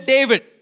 David